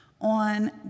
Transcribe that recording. On